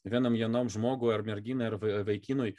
vienam vienam žmogui ar merginai ar vaikinui